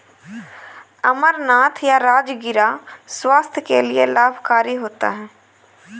अमरनाथ या राजगिरा स्वास्थ्य के लिए लाभकारी होता है